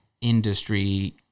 industry